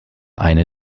eine